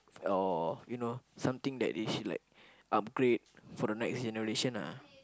or you know something that they should like upgrade for the next generation ah